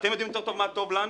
אתם יודעים יותר טוב מה טוב לנו?